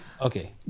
okay